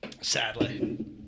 Sadly